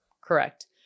Correct